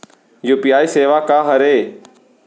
UPI सेवा का हरे?